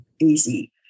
easy